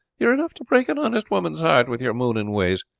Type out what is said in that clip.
you are enough to break an honest woman's heart with your mooning ways.